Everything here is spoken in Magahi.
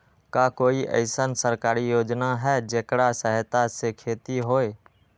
का कोई अईसन सरकारी योजना है जेकरा सहायता से खेती होय?